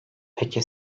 peki